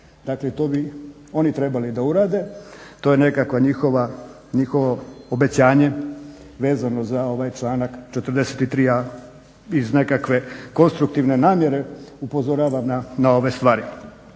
dakle to ti oni trebali da urade. To je nekakvo njihovo obećanje vezano za ovaj članak 43. A iz nekakve konstruktivne namjere upozoravam na ove stvari.